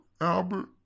Albert